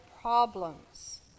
problems